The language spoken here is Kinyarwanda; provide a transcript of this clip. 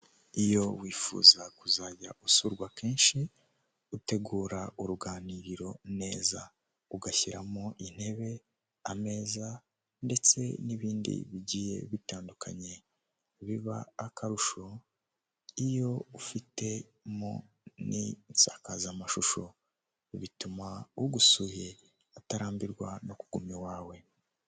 Iyo wifuza kuzajya usurwa kenshi utegura uruganiriro neza ugashyiramo intebe ameza ndetse n'ibindi bigiye bitandukanye, biba akarusho iyo ufitemo n'insakazamashusho bituma ugusuye atarambirwa no kuguma iwawe.